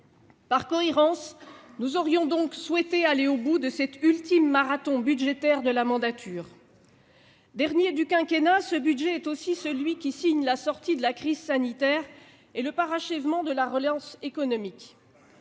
Par cohérence, nous aurions donc souhaité aller au bout de cet ultime marathon budgétaire de la mandature. Dernier du quinquennat, ce budget est aussi celui qui signe la sortie de la crise sanitaire et le parachèvement de la relance économique.